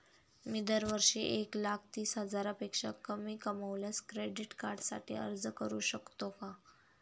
मी दरवर्षी एक लाख तीस हजारापेक्षा कमी कमावल्यास क्रेडिट कार्डसाठी अर्ज करू शकतो का?